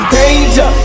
danger